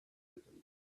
accident